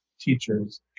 teachers